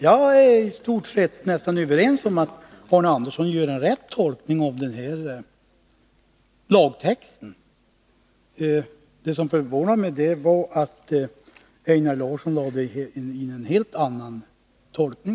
Jag är nästan överens med Arne Andersson i hans tolkning av lagtexten. Det som förvånar mig är att Einar Larsson gjorde en helt annan tolkning.